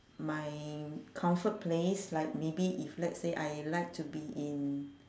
my comfort place like maybe if let's say I like to be in